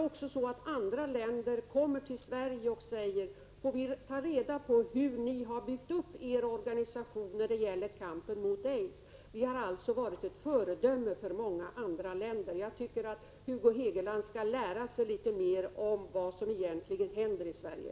Representanter för andra länder kommer till Sverige och vill studera hur vi byggt upp vår organisation för kampen mot aids. Vi har alltså varit ett föredöme för många andra länder. Jag tycker att Hugo Hegeland skall lära sig litet mer om vad som egentligen händer i Sverige.